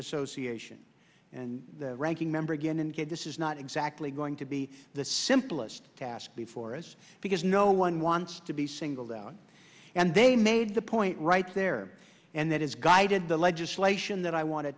association and the ranking member again and get this is not exactly going to be the simplest task before us because no one wants to be singled out and they made the point right there and that has guided the legislation that i want to